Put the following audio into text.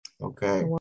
Okay